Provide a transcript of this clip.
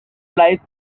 life